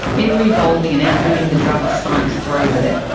ever-evolving and outwitting the drugs science throws at it,